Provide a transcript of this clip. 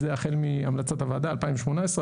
זה החל מהמלצת הוועדה 2018,